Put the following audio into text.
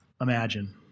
imagine